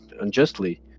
unjustly